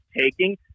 taking